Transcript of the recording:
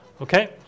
Okay